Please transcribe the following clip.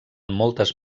moltes